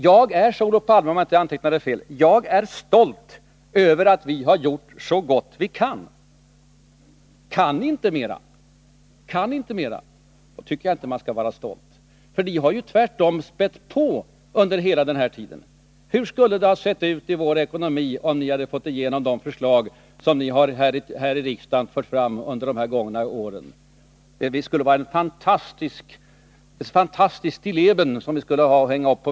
”Jag är”, sade Olof Palme, om jag inte antecknade fel, ”stolt över att vi har gjort så gott vi kan”. Kan ni inte mera? Då tycker jag ' inte att ni skall vara stolta. Ni har ju tvärtom spätt på under hela den här tiden. Hur skulle det ha sett ut i vår ekonomi om ni hade fått igenom alla de förslag som ni har fört fram i riksdagen under de här gångna åren? Det skulle ha blivit ett fantastiskt stilleben.